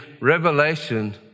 revelation